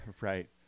Right